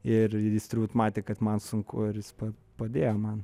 ir jis turbūt matė kad man sunku ir jis pa padėjo man